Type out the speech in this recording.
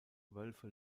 wölfe